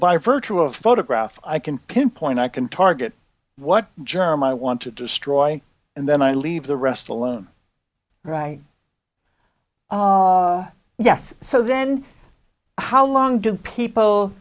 by virtue of photograph i can pinpoint i can target what germ i want to destroy and then i leave the rest alone right yes so then how long do people